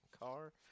car